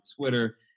Twitter